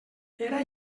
era